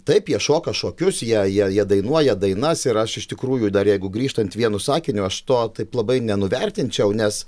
taip jie šoka šokius jie jie jie dainuoja dainas ir aš iš tikrųjų dar jeigu grįžtant vienu sakiniu aš to taip labai nenuvertinčiau nes